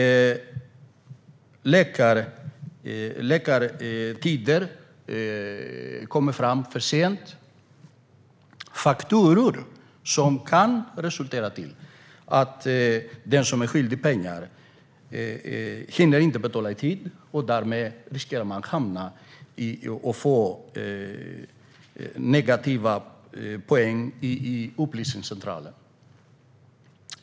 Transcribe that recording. Information om läkartider kommer fram för sent. Fakturor kommer inte i tid. Det kan resultera i att den som är skyldig pengar inte hinner betala i tid och därmed riskerar att få negativa poäng hos Upplysningscentralen.